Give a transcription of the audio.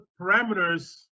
parameters